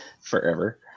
forever